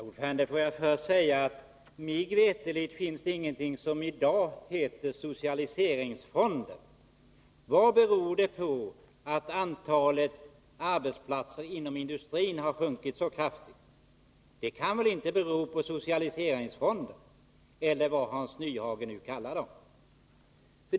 Herr talman! Får jag först säga att mig veterligt finns det i dag ingenting som heter socialiseringsfonder. Varför har antalet arbetsplatser inom industrin sjunkit så kraftigt? Det kan väl inte bero på socialiseringsfonderna, eller vad Hans Nyhage nu använde för uttryck.